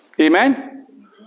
Amen